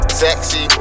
sexy